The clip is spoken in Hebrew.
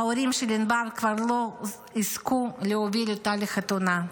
ההורים של ענבר כבר לא יזכו להוביל אותה לחתונה,